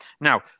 Now